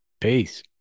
Peace